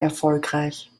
erfolgreich